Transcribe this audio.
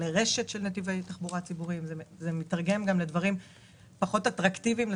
לרשת של נתיבי תחבורה ציבוריים ולדברים פחות אטרקטיביים.